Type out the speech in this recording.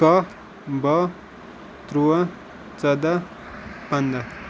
کاہہ باہہ تُرٛواہ ژۄداہ پنٛداہ